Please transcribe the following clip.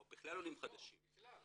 אלא על עולים חדשים בכלל.